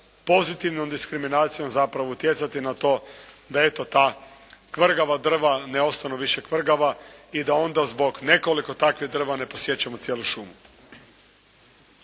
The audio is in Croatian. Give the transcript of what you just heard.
pozitivnom diskriminacijom zapravo utjecati na to da eto ta kvrgava drva ne ostanu više kvrgava i da onda zbog nekoliko takvih drva ne posiječemo cijelu šumu.